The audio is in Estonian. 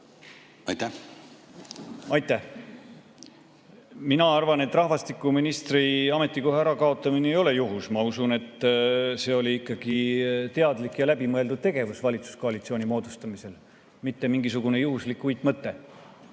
on. Aitäh! Mina arvan, et rahvastikuministri ametikoha ärakaotamine ei ole juhus. Ma usun, et see oli ikkagi teadlik ja läbimõeldud tegevus valitsuskoalitsiooni moodustamisel, mitte mingisugune juhuslik uitmõte.